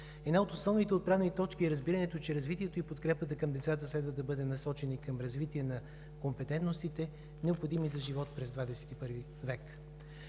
Една от основните отправни точки е разбирането, че развитието и подкрепата към децата следва да бъдат насочени към развитие на компетентностите, необходими за живот през XXI век.